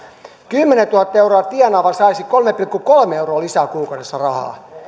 kymmenentuhatta euroa tienaava saisi kolme pilkku kolme euroa lisää rahaa kuukaudessa